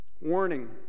Warning